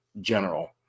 general